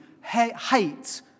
hate